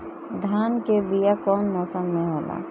धान के बीया कौन मौसम में होला?